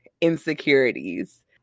insecurities